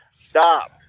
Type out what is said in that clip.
Stop